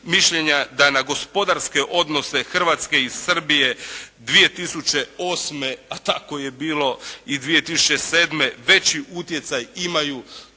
mišljenja da na gospodarske odnose Hrvatske i Srbije 2008. a tako je bilo i 2007. veći utjecaj imaju